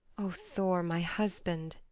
o thor, my husband,